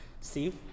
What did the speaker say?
Steve